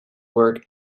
work